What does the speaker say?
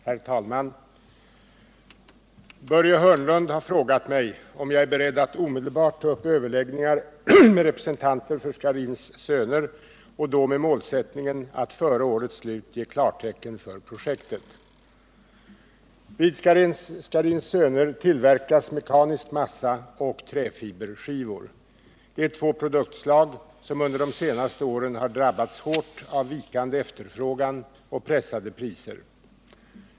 Herr talman! Börje Hörnlund har frågat mig om jag är beredd att omedelbart ta upp överläggningar med representanter för AB Scharins Söner och då med målsättningen att före årets slut ge klartecken för projektet. Vid AB Scharins Söner tillverkas mekanisk massa och träfiberskivor. Detta är två produktslag som under de senaste åren drabbats hårt av vikande efterfrågan och pressade priser.